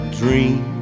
dream